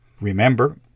Remember